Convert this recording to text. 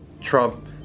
Trump